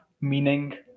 meaning